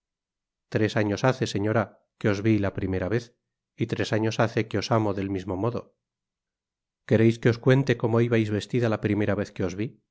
tres años hace señora que os vi la primera vez y tres años hace que os amo del mismo modo quereis que os cuente como ibais vestida la primera vez que os vi